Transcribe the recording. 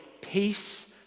peace